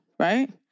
Right